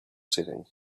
setting